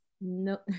No